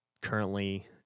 currently